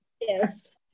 yes